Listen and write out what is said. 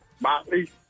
Motley